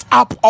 up